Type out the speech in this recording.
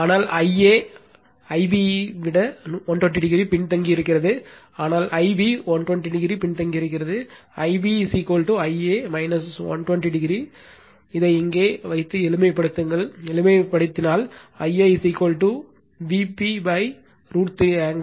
ஆனால் Ia IB விட 120o பின்தங்கியிருக்கிறது ஆனால் ஐபி 120o பின்தங்கியிருக்கிறது Ib Ia 120o இதை இங்கே வைத்து எளிமைப்படுத்துங்கள் எளிமைப்படுத்தினால்Ia Vp√ 3 ஆங்கிள் 30o Zy